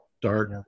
dark